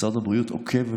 משרד הבריאות עוקב,